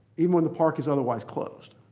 even when the park is otherwise closed.